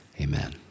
amen